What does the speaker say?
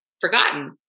forgotten